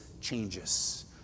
changes